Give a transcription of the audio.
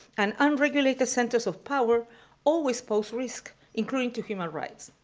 and unregulated centers of power always pose risk, including to human rights.